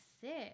sit